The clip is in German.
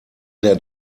der